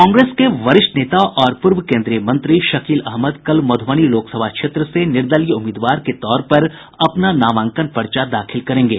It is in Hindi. कांग्रेस के वरिष्ठ नेता और पूर्व केन्द्रीय मंत्री शकील अहमद कल मध्रबनी लोकसभा क्षेत्र से निर्दलीय उम्मीदवार के तौर पर अपना नामांकन पर्चा दाखिल करेंगे